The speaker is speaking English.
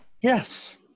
Yes